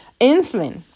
Insulin